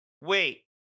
Wait